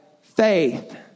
faith